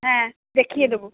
হ্যাঁ দেখিয়ে দেবো